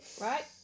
right